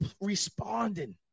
responding